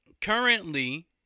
currently